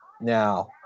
now